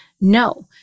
no